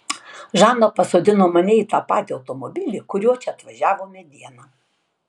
žana pasodino mane į tą patį automobilį kuriuo čia atvažiavome dieną